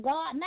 God